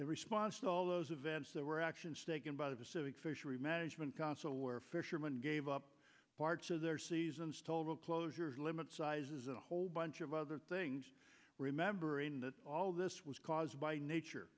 in response to all those events that were actions taken by the pacific fishery management console where fishermen gave up parts of their seasons toll road closures limit sizes a whole bunch of other things remembering that all this was caused by nature